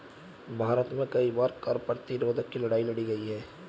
भारत में कई बार कर प्रतिरोध की लड़ाई लड़ी गई है